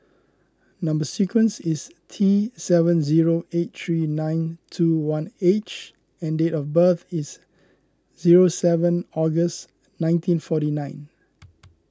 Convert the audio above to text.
Number Sequence is T seven zero eight three nine two one H and date of birth is zero seven August nineteen forty nine